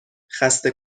خسته